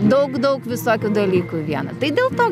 daug daug visokių dalykų viena tai dėl to